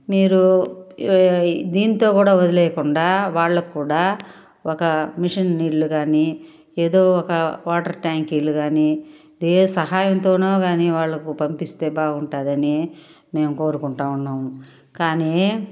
మీరు దీంతో కూడా వదిలేయకుండా వాళ్ళకూడా ఒక మిషన్ నీళ్ళు కానీ ఏదో ఒక వాటర్ ట్యాంకులు కానీ ఏ సహాయం కానీ వాళ్ళకు పంపిస్తే బావుంటుందని మేం కోరుకుంటు ఉన్నాం కానీ